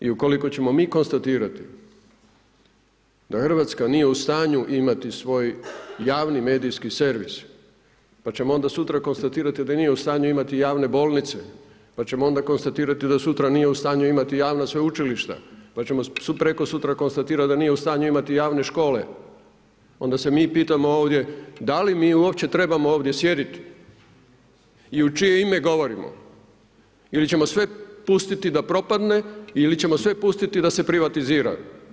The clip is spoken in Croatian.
I ukoliko ćemo mi konstatirati da Hrvatska nije u stanju imati svoj javni medijski servis pa ćemo onda sutra konstatirati da nije u stanju imati javne bolnice, pa ćemo onda konstatirati da sutra nije u stanju imati javna sveučilišta, pa ćemo prekosutra konstatirati da nije u stanju imati javne škole, onda se mi pitamo ovdje sjediti i u čije ime govorimo ili ćemo sve pustiti da propadne ili ćemo sve pustiti da se privatizira.